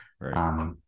Right